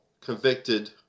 convicted